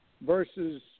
versus